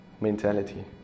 mentality